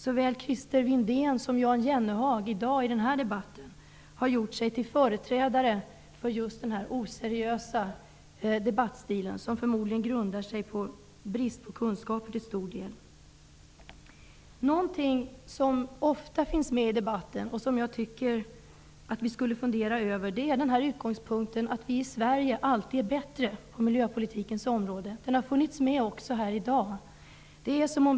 Såväl Christer Windén som Jan Jennehag har i dag i denna debatt gjort sig till företrädare för just denna oseriösa debattstil som förmodligen till stor del grundar sig på brist på kunskap. Något som ofta finns med i debatten, och som jag tycker vi bör fundera över, är utgångspunkten att vi i Sverige alltid är bättre än andra på miljöpolitikens område. Den utgångspunkten har funnits med här också i dag.